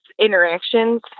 interactions